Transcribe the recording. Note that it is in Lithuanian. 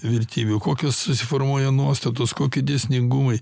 vertybių kokios susiformuoja nuostatos koki dėsningumai